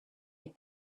had